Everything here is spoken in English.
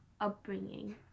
upbringing